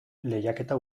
lehiaketa